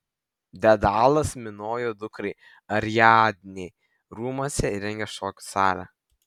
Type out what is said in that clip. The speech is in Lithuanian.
dedalas minojo dukrai ariadnei rūmuose įrengė šokių salę